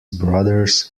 brothers